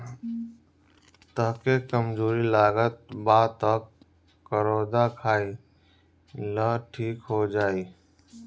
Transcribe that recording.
तहके कमज़ोरी लागत बा तअ करौदा खाइ लअ ठीक हो जइब